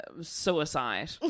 suicide